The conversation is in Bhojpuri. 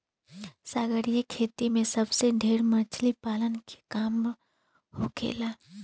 सागरीय खेती में सबसे ढेर मछली पालन के काम होखेला